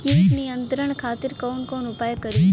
कीट नियंत्रण खातिर कवन कवन उपाय करी?